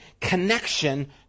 connection